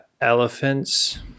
elephants